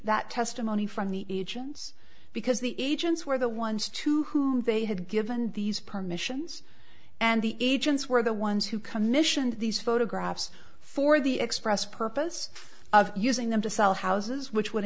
that testimony from the agents because the agents were the ones to whom they had given these permissions and the agents were the ones who commissioned these photographs for the express purpose of using them to sell houses which would